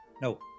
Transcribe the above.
No